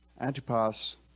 Antipas